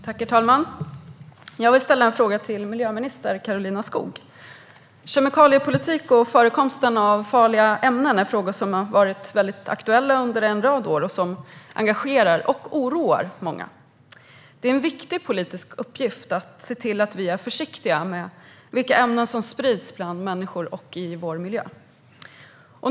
Herr talman! Jag vill ställa en fråga till miljöminister Karolina Skog. Kemikaliepolitik och förekomsten av farliga ämnen är frågor som har varit aktuella under en rad år och som engagerar och oroar många. Det är en viktig politisk uppgift att se till att vi är försiktiga med vilka ämnen som sprids bland människor och i vår miljö.